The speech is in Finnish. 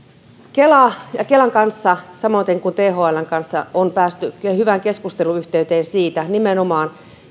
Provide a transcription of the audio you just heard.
kelan kanssa samoiten kuin thln kanssa on päästy hyvään keskusteluyhteyteen nimenomaan